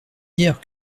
dire